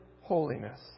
holiness